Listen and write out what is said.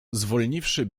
zwolniwszy